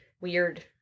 Weird